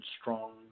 strong